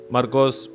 Marcos